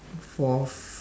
fourth